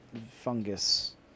fungus